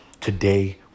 Today